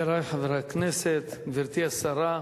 חברי חברי הכנסת, גברתי השרה,